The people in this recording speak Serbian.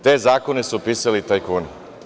Te zakone su pisali tajkuni.